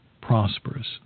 prosperous